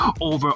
over